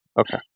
Okay